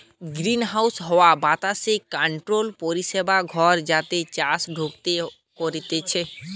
greenhouse হাওয়া বাতাস controlled পরিবেশ ঘর যাতে চাষ করাঢু হতিছে